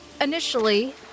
initially